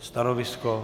Stanovisko?